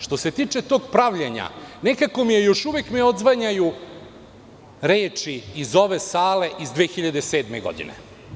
Što se tiče tog pravljenja, nekako mi još uvek odzvanjaju reči iz ove sale iz 2007. godine.